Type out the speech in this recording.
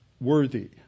worthy